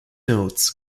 notes